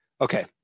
okay